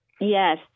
Yes